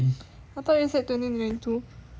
I thought you said twenty twenty two